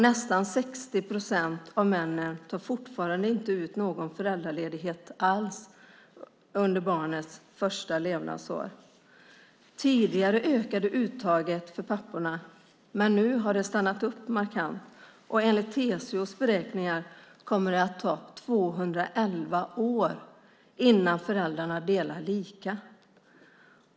Nästan 60 procent av männen tar fortfarande inte ut någon föräldraledighet alls under barnets första levnadsår. Tidigare ökade uttaget för papporna, men nu har det stannat upp markant. Enligt TCO:s beräkningar kommer det att ta 211 år innan föräldrarna delar lika.